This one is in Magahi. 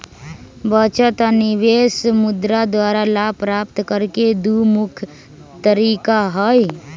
बचत आऽ निवेश मुद्रा द्वारा लाभ प्राप्त करेके दू मुख्य तरीका हई